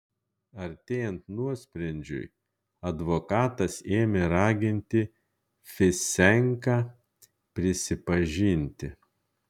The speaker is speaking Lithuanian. artėjant nuosprendžiui advokatas ėmė raginti fisenką prisipažinti